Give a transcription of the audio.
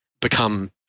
become